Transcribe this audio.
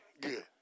good